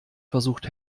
versucht